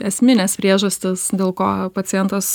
esmines priežastis dėl ko pacientas